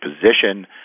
position